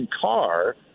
car